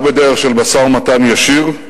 רק בדרך של משא-ומתן ישיר,